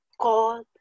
God